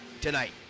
tonight